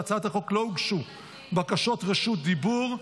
להצעת החוק לא הוגשו בקשות רשות דיבור.